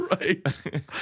Right